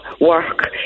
work